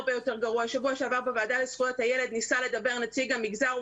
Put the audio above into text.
שבוע שעבר בוועדה לזכויות הילד ניסה לדבר נציג המגזר.